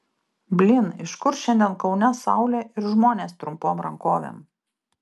blyn iš kur šiandien kaune saulė ir žmonės trumpom rankovėm